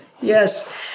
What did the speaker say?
Yes